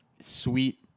sweet